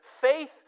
faith